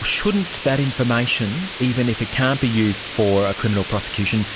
shouldn't that information, even if it can't be used for a criminal prosecution,